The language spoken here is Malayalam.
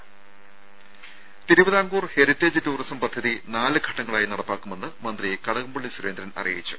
രംഭ തിരുവിതാംകൂർ ഹെറിറ്റേജ് ടൂറിസം പദ്ധതി നാല് ഘട്ടങ്ങളായി നടപ്പാക്കുമെന്ന് മന്ത്രി കടകംപള്ളി സുരേന്ദ്രൻ അറിയിച്ചു